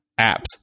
Apps